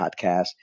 podcast